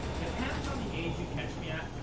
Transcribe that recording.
depends on the age you catch me at.